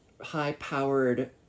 high-powered